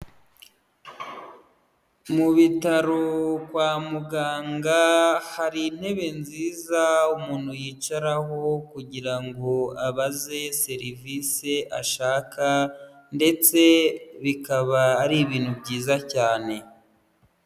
Mu bitaro kwa muganga, hari intebe nziza umuntu yicaraho kugira ngo abaze serivisi ashaka ndetse bikaba ari ibintu byiza cyane.